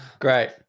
Great